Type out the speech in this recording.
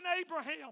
Abraham